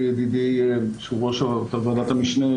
ידידי יושב-ראש ועדת המשנה,